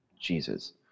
Jesus